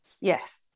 Yes